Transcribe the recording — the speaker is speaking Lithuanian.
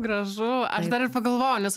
gražu aš dar ir pagalvojau nes